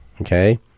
okay